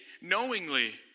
knowingly